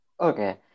Okay